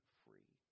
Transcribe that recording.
free